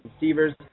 receivers